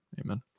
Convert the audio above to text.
Amen